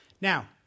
Now